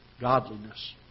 godliness